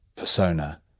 persona